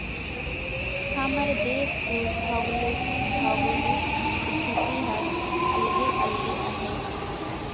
हमर देस के भउगोलिक इस्थिति हर अलगे अलगे अहे